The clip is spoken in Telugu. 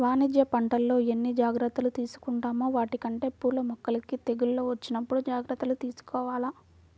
వాణిజ్య పంటల్లో ఎన్ని జాగర్తలు తీసుకుంటామో వాటికంటే పూల మొక్కలకి తెగుళ్ళు వచ్చినప్పుడు జాగర్తలు తీసుకోవాల